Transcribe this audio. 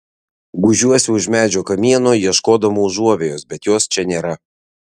gūžiuosi už medžio kamieno ieškodama užuovėjos bet jos čia nėra